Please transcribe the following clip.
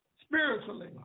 spiritually